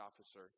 officer